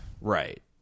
Right